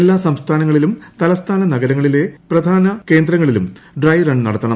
എല്ലാ സംസ്ഥാനങ്ങളിലും തലസ്ഥാന നഗരങ്ങളിലെ പ്രധാന കേന്ദ്രങ്ങളിലും ഡ്രൈ റൺ നടത്തണം